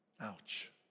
Ouch